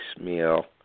meal